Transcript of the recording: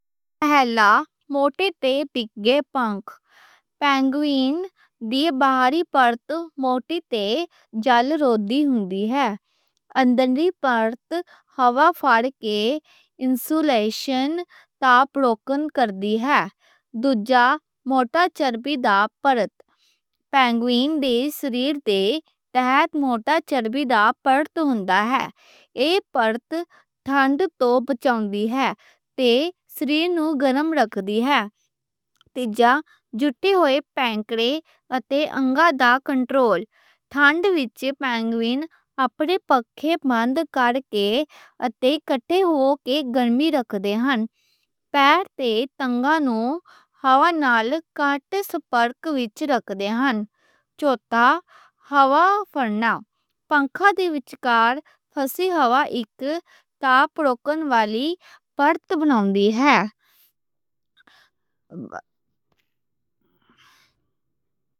پہلا، موٹے تے پِکّے پنکھ، پینگوئن دی باہری پرت موٹی تے جل رودیل دی ہے۔ اَندھری پرت ہوا دا انسولیشن تاپ روکّن کردی ہے۔ دوجا، موٹا چرَبی دا پرت پینگوئن دے سریر تے تہانت موٹا چرَبی دا پرت ہوندا ہے۔ اے پرت ٹھنڈ توں بچاون دی ہے تے سریر نوں گرم رکھ دی ہے۔ تیجا، جُٹّے ہوئے پینکڑے اتے انگا دا کنٹرول ٹھنڈ وچ پینگوئن اپنے پکھے ماند کرکے اتے کٹے ہوکے گرمی رکھ دے ہن۔ پیر تے ٹنگاں نوں ہوا نال کاٹ سپرک وچ رکھ دے ہن۔ چوتھا، ہوا پھَرنا، پنکھاں دے وچکار پَسی ہوئی ہوا ایک تاپ روکّن والی پرت بنوںدی ہے۔